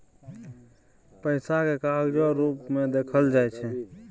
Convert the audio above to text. पैसा केँ कागजो रुप मे देखल जाइ छै